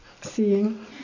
seeing